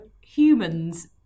humans